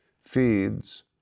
feeds